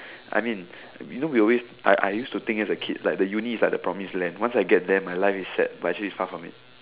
I mean you know we always I I used to think as a kid like the uni is a promise land once I get there my life is set but actually it's far from it